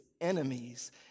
enemies